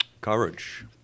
courage